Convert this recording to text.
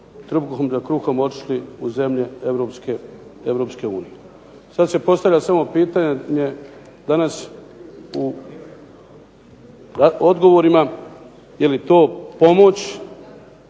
trbuhom za kruhom otišli u zemlje EU. Sada se postavlja samo pitanje danas u odgovorima jeli to pomoć,